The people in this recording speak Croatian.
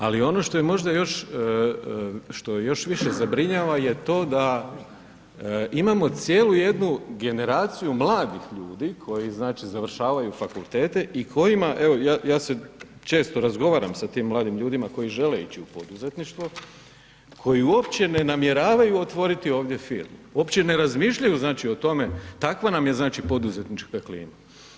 Ali ono što je možda još, što još više zabrinjava je to da imamo cijelu jednu generaciju mladih ljudi koji znači završavaju fakultete i kojima, evo ja se često razgovaram sa tim mladim ljudima koji žele ići u poduzetništvo, koji uopće ne namjeravaju otvoriti ovdje firmu, uopće ne razmišljaju znači o tome, takva nam je znači poduzetnička klima.